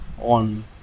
on